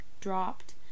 dropped